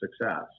success